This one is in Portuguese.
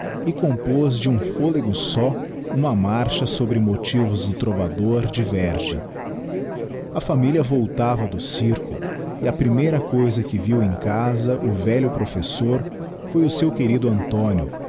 e compôz de um fôlego só uma marcha sobre motivos do trovador de verdi a família voltava do circo e a primeira cousa que viu em casa o velho professor foi o seu querido antónio